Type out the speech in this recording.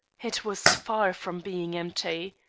it was far from being empty.